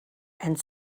and